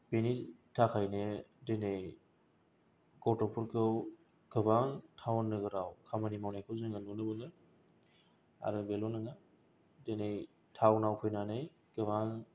बेनि थाखायनो दिनै गथ'फोरखौ गोबां थावन नोगोराव खामानि मावनायखौ जोङो नुनो मोनो आरो बेल' नङा दिनै थावनाव फैनानै गोबां